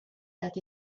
that